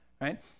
right